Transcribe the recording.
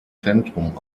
zentrum